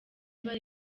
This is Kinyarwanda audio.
bari